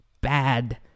bad